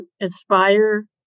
aspire